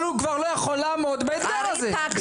אבל הוא כבר לא יכול לעמוד באתגר הזה.